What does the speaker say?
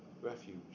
refuge